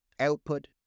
output